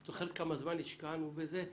את זוכרת כמה זמן השקענו בזה?